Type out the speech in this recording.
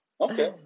Okay